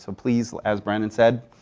so please, as brannon said,